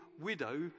widow